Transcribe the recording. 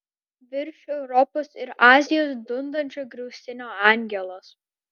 virš europos ir azijos dundančio griaustinio angelas